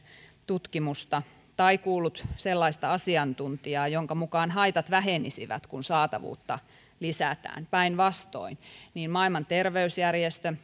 tutkimusta tai kuullut sellaista asiantuntijaa jonka mukaan haitat vähenisivät kun saatavuutta lisätään päinvastoin niin maailman terveysjärjestö